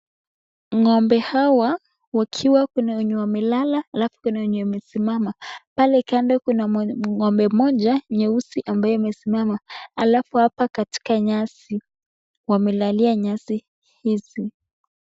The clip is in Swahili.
Ng'ombe wakiwa kuna wenye wamelala na wengine wamesimama ,pale kando kuna Ng'ombe moja nyeusi ambaye amesimama. Alafu hapa katika nyasi wamelalia.